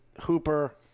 Hooper